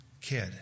kid